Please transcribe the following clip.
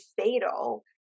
fatal